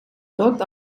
tot